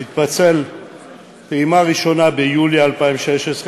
תתפצל פעימה ראשונה ביולי 2016,